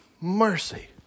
mercy